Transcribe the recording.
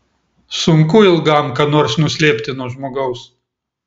sunku ilgam ką nors nuslėpti nuo žmogaus